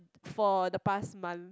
for the past month